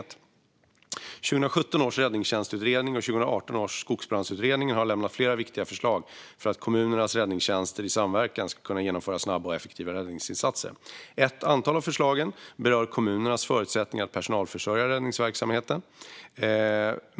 Det har lämnats flera viktiga förslag från 2017 års räddningstjänstutredning och 2018 års skogsbrandsutredning för att kommunernas räddningstjänster i samverkan ska kunna genomföra snabba och effektiva räddningsinsatser. Ett antal av förslagen berör kommunernas förutsättningar att personalförsörja räddningstjänstverksamheten.